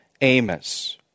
Amos